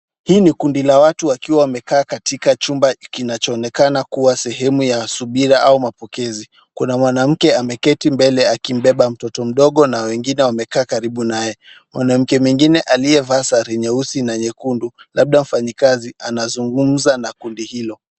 Hii ni kundi la watu wakiwa wamekaa katika chumba kinachoonekana kuwa sehemu ya subira au mapokezi. Kuna mwanamke ameketi mbele akimbeba mtoto mdogo na wengine wamekaa karibu naye. Mwanamke mwingine aliyevaa sare nyeusi na nyekundu labda mfanyikazi anazungumza na kundi hilo.